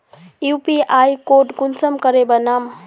UPI code कुंसम करे बनाम?